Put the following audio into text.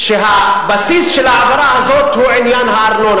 הבסיס של ההעברה הזאת הוא עניין הארנונה,